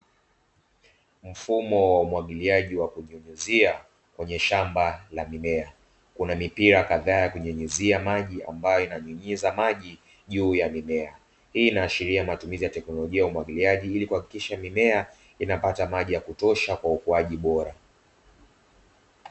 Mfumo wa umwagiliaji wa kunyunyuzia kwenye shamba la mimea. Kuna mipira kadhaa ya kunyunyuzia maji, ambayo inanyunyiza maji juu ya mimea. Hii inaashiria matumizi ya teknolojia ya umwagiliaji, ili kuhakikisha mimea inapata maji ya kutosha kwa ukuaji bora.